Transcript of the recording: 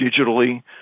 digitally